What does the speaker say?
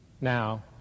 Now